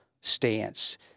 stance